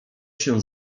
się